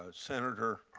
ah senator,